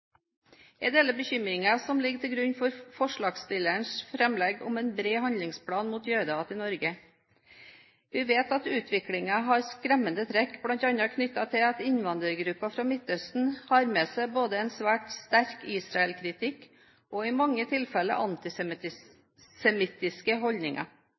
Jeg deler bekymringen som ligger til grunn for forslagsstillernes framlegg om en bred handlingsplan mot jødehat i Norge. Vi vet at utviklingen har skremmende trekk, bl.a. knyttet til at innvandrergrupper fra Midtøsten har med seg både en svært sterk Israel-kritikk og i mange tilfeller antisemittiske holdninger.